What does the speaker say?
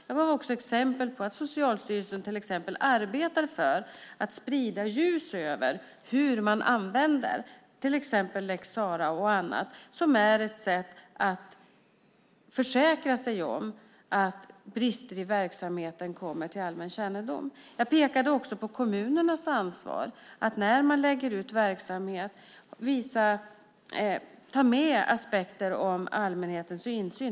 Jag gav också exempel på att Socialstyrelsen till exempel arbetar för att sprida ljus över hur man använder till exempel lex Sarah och annat, som är ett sätt att försäkra sig om att brister i verksamheten kommer till allmän kännedom. Jag pekade också på kommunernas ansvar att, när man lägger ut verksamhet, ta med aspekter om allmänhetens insyn.